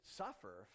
suffer